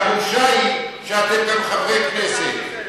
הבושה היא שאתם גם חברי כנסת.